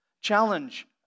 challenge